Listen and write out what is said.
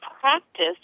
practice